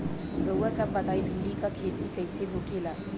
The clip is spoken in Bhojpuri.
रउआ सभ बताई भिंडी क खेती कईसे होखेला?